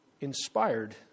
inspired